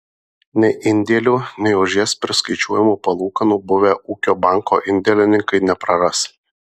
nei indėlių nei už jas priskaičiuojamų palūkanų buvę ūkio banko indėlininkai nepraras